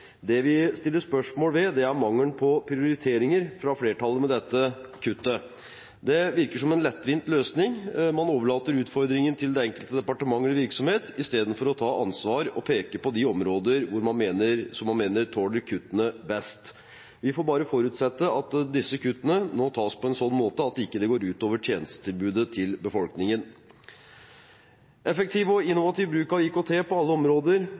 Det vi stiller spørsmål ved, er mangelen på prioriteringer fra flertallet med dette kuttet. Det virker som en lettvint løsning. Man overlater utfordringen til det enkelte departement eller den enkelte virksomhet i stedet for å ta ansvar og peke på de områdene som man mener tåler kuttene best. Vi får bare forutsette at disse kuttene tas på en slik måte at det ikke går ut over tjenestetilbudet til befolkningen. Effektiv og innovativ bruk av IKT på alle områder